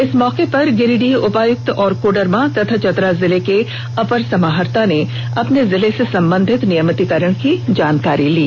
इस मौके पर गिरिडीह उपायुक्त और कोडरमा तथा चतरा जिले के अपर समाहर्ता ने अपने जिला से संबंधित नियमितीकरण की जानकारी दी